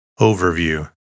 Overview